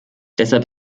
deshalb